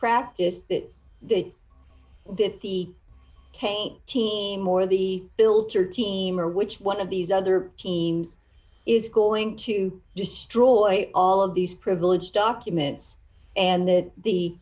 practice that the cain team or the filter team or which one of these other teams is going to destroy all of these privileged documents and that the